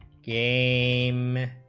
game